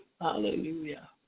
Hallelujah